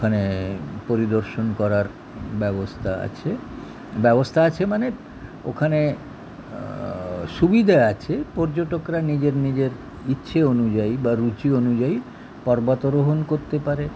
ওখানে পরিদর্শন করার ব্যবস্থা আছে ব্যবস্থা আছে মানে ওখানে সুবিধে আছে পর্যটকরা নিজের নিজের ইচ্ছে অনুযায়ী বা রুচি অনুযায়ী পর্বতারোহণ করতে পারে